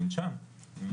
הם שם במחלקות,